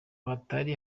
hatari